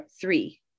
three